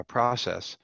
process